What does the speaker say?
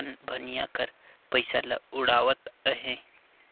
अनभनिया कर पइसा ल उड़ावत अहें